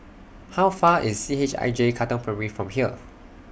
How Far IS C H I J Katong Primary from here